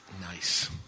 Nice